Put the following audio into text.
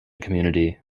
community